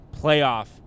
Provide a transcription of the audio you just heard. playoff